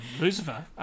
Lucifer